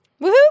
Woohoo